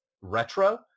retro